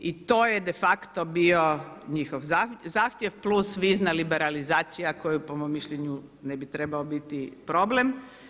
I to je de facto bio njihov zahtjev plus vizna liberalizacija koja po mom mišljenju ne bi trebao biti problem.